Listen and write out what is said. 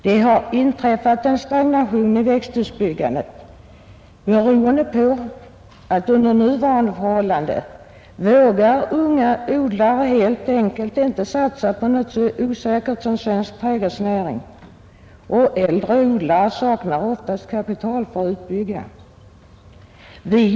Det har inträffat en stagnation i växthusbyggandet, beroende på att unga odlare under nuvarande förhållanden helt enkelt inte vågar satsa på något så osäkert som svensk trädgårdsnäring. Och äldre odlare saknar oftast kapital till att bygga ut.